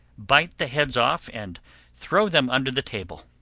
bite the heads off and throw them under the table.